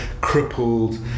crippled